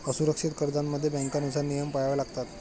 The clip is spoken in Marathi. असुरक्षित कर्जांमध्ये बँकांनुसार नियम पाळावे लागतात